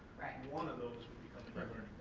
right. one of those would become